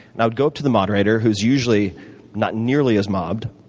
i would go up to the moderator, who is usually not nearly as mobbed,